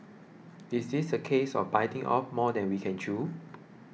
is this a case of biting off more than we can chew